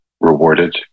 rewarded